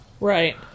Right